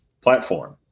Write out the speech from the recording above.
platform